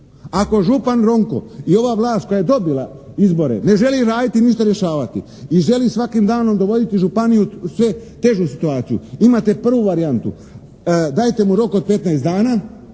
Ako župan Ronko i ova vlast koja je dobila izbore ne želi raditi i ništa rješavati i želi svakim danom dovoditi županiju u sve težu situaciju, imate prvu varijantu. Dajte mu rok od petnaest